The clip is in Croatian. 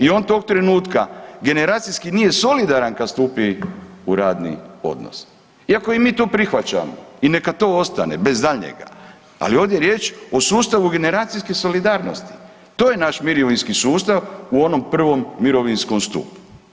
I on tog trenutka generacijski nije solidaran kad stupi u radni odnos iako mi to prihvaćamo i neka to ostane bez daljnjega, ali ovdje je riječ o sustavu generacijske solidarnosti, to je naš mirovinski sustav u onom prvom mirovinskom stupu.